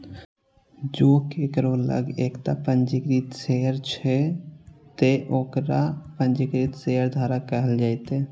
जों केकरो लग एकटा पंजीकृत शेयर छै, ते ओकरा पंजीकृत शेयरधारक कहल जेतै